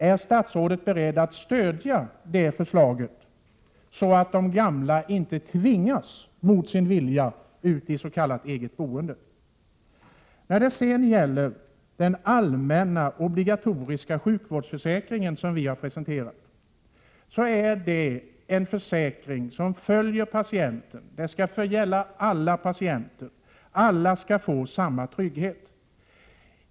Är statsrådet beredd att stödja det förslaget, så att de gamla inte mot sin vilja tvingas ut i s.k. eget boende? Den allmänna obligatoriska sjukförsäkringen, som vi har presenterat, är en försäkring som följer patienten. Alla patienter skall få samma trygghet.